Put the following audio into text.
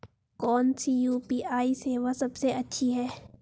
कौन सी यू.पी.आई सेवा सबसे अच्छी है?